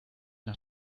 nach